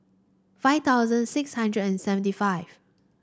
five thousand six hundred and seventy five